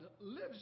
lives